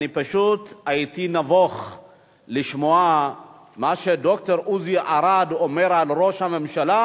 אני פשוט הייתי נבוך לשמוע מה שד"ר עוזי ארד אומר על ראש הממשלה,